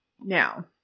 Now